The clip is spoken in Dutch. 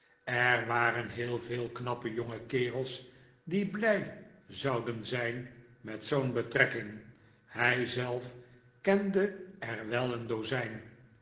er waren heel veel knappe jonge kerels die blij zouden zijn met zoo'n betrekking hij zelf kende er wel een cfozijn